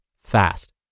fast